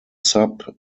sub